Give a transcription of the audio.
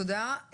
תודה.